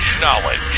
Knowledge